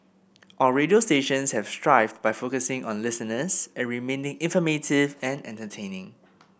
our radio stations have thrived by focusing on listeners and remaining informative and entertaining